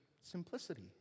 simplicity